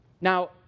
Now